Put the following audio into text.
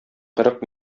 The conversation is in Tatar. кырык